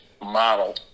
model